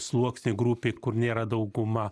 sluoksny grupėj kur nėra dauguma